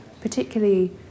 Particularly